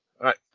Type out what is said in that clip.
right